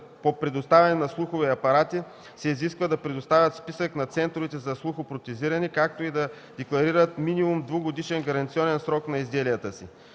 по предоставяне на слухови апарати, се изисква да предоставят списък на центровете по слухопротезиране, както и да декларират минимум двугодишен гаранционен срок на изделията.